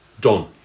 Done